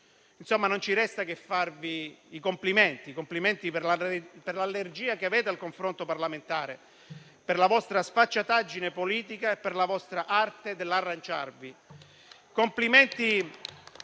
chiusi. Non ci resta che farvi i complimenti per l'allergia che avete al confronto parlamentare, per la vostra sfacciataggine politica e per la vostra arte dell'arrangiarvi.